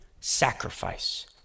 sacrifice